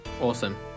awesome